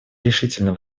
решительно